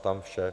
Tam vše.